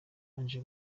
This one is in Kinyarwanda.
yabanje